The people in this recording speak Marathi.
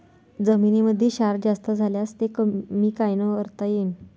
जमीनीमंदी क्षार जास्त झाल्यास ते कमी कायनं करता येईन?